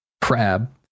crab